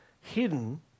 hidden